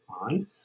on